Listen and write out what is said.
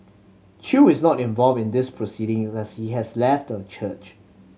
chew is not involved in these proceedings as he has left the church